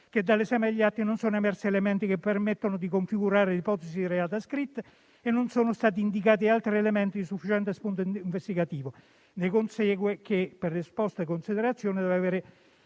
che, dall'esame degli atti, non sono emersi elementi che permettano di configurare le ipotesi di reato ascritte e che non sono stati indicati altri elementi di sufficiente spunto investigativo. Ne consegue che, per le esposte considerazioni, si deve avere